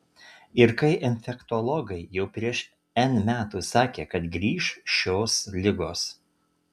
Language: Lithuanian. ir kai infektologai jau prieš n metų sakė kad grįš šios ligos